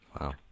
Wow